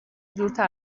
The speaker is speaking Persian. دورتر